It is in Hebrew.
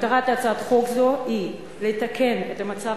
מטרת הצעת חוק זו היא לתקן את המצב